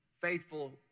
faithful